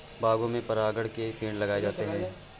बागों में परागकण के पेड़ लगाए जाते हैं